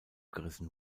gerissen